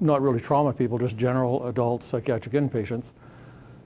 not really trauma people, just general adults, psychiatric in-patients